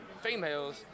females